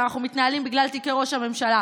שאנחנו מתנהלים בגלל תיקי ראש הממשלה.